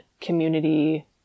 community